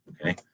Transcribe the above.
Okay